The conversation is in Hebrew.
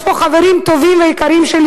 יש פה חברים טובים ויקרים שלי,